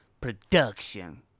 production